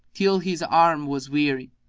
till his arm was weary.